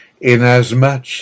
Inasmuch